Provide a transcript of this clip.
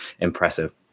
impressive